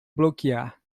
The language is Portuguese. bloquear